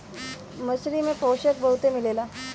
मछरी में पोषक बहुते मिलेला